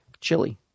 Chili